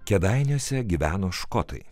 kėdainiuose gyveno škotai